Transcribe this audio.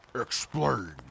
Explain